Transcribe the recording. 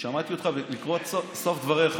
דבר כמה